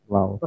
Wow